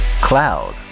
cloud